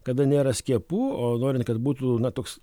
kada nėra skiepų o norint kad būtų na toks